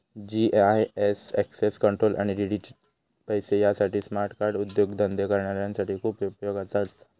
GIS access control आणि digital पैशे यासाठी स्मार्ट कार्ड उद्योगधंदे करणाऱ्यांसाठी खूप उपयोगाचा असा